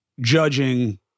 judging